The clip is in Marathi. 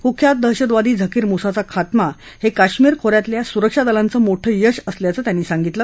कुख्यात दहशतवादी झकीर मुसाचा खात्मा हे काश्मिर खो यातल्या सुरक्षा दलांचं मोठ यश असल्याचं त्यांनी सांगितलं